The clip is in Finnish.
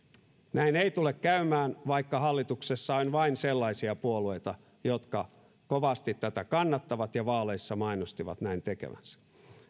näin ei tule käymään vaikka hallituksessa on vain sellaisia puolueita jotka kovasti tätä kannattavat ja vaaleissa mainostivat näin tekevänsä